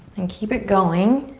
and keep it going.